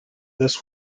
this